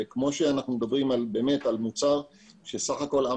אנחנו מדברים על מוצר שבסך הכול עם